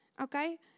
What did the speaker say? Okay